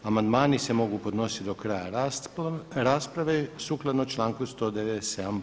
Amandmani se mogu podnositi do kraja rasprave sukladno članku 197.